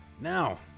Now